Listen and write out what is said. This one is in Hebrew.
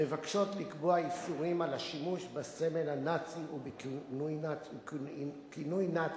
מבקשות לקבוע איסורים על השימוש בסמל הנאצי ובכינוי "נאצי",